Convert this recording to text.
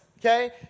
Okay